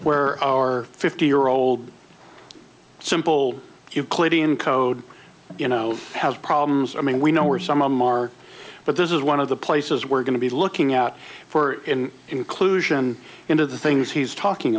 where our fifty year old simple euclidean code you know has problems i mean we know where some of them are but this is one of the places we're going to be looking out for in inclusion into the things he's talking